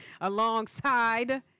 Alongside